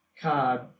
card